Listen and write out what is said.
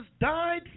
died